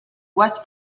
west